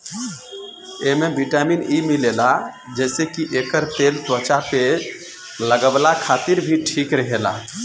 एमे vitamin E मिलेला जेसे की एकर तेल त्वचा पे लगवला खातिर भी ठीक रहेला